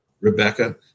Rebecca